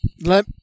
Let